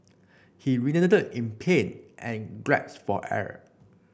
he writhed in pain and for air